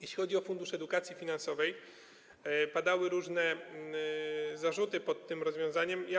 Jeśli chodzi o Fundusz Edukacji Finansowej, padały różne zarzuty co do tego rozwiązania.